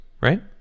right